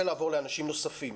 לעבור לאנשים נוספים.